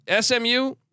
SMU